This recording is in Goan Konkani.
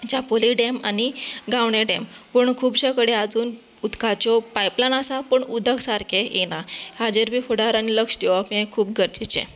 चापोली डेम आनी गावणें डेम पूण खुबशें कडेन आजून उदकाच्यो पायपलायन आसा पूण उदक सारकें येना हाजेर बी फुडार आनी लक्ष्य दिवप हें सारकें गरजेचें